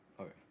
Okay